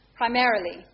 primarily